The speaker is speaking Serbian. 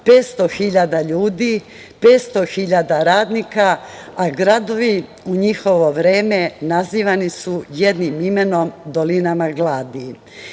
hiljada ljudi, 500 hiljada radnika, a gradovi u njihovo vreme nazivani su jednim imenom - dolinama gladi.